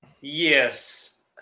yes